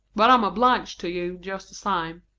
but i'm bliged to you just the same.